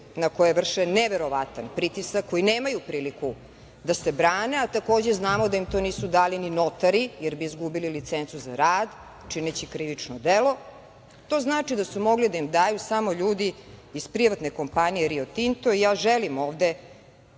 na koje vrše neverovatan pritisak, koji nemaju priliku da se brane, a takođe znamo da im to nisu dali ni notari, jer bi izgubili licencu za rad čineći krivično delo. To znači da su mogli da im daju samo ljudi iz privatne kompanije „Rio Tinto“ i ja želim ovde